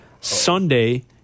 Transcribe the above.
Sunday